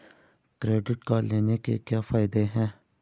Credit card लेने के क्या फायदे हैं?